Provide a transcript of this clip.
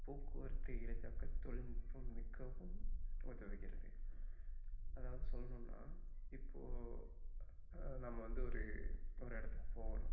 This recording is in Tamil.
போக்குவரத்து எளிதாக தொழில்நுட்பம் மிகவும் உதவுகிறது அதாவது சொல்லணுன்னால் இப்போது நம்ம வந்து ஒரு ஒரு இடத்துக்கு போகணும்